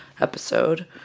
episode